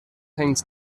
things